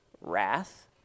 wrath